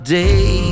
day